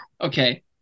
Okay